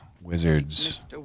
wizards